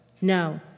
No